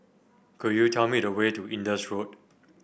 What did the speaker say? could you tell me the way to Indus Road